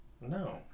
No